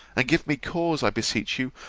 and give me cause, i beseech you,